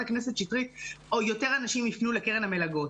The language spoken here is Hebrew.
הכנסת שטרית שיותר אנשים יפנו לקרן המלגות.